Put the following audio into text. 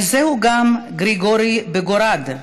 כזה הוא גם גריגורי בוגוראד,